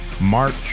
March